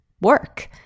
work